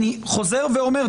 אני חוזר ואומר,